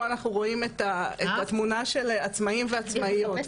פה אנחנו רואים את התמונה של עצמאים ועצמאיות.